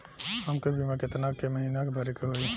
हमके बीमा केतना के महीना भरे के होई?